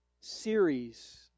series